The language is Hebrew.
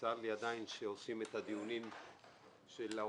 צר לי שעושים את הדיונים לגבי